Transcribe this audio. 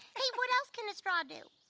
hey what else can a straw do?